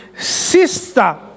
Sister